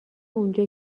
اونجا